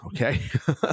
okay